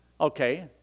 Okay